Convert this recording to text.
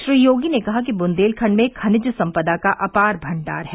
श्री योगी ने कहा कि बुंदेलखंड में खनिज संपदा का अपार भंडार है